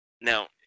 Now